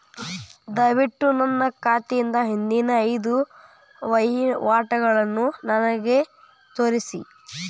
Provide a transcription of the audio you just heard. ದಯವಿಟ್ಟು ನನ್ನ ಖಾತೆಯಿಂದ ಹಿಂದಿನ ಐದು ವಹಿವಾಟುಗಳನ್ನು ನನಗೆ ತೋರಿಸಿ